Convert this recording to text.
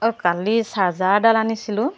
অঁ কালি চাৰ্জাৰ এডাল আনিছিলোঁ